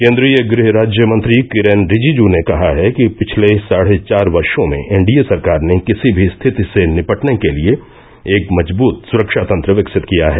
केन्द्रीय गृह राज्य मंत्री किरेन रिजिजू ने कहा है कि पिछले साढ़े चार वर्षो में एनडीए सरकार ने किसी भी स्थिति से निपटने के लिए एक मंजबूत सुरक्षा तंत्र विकसित किया है